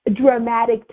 dramatic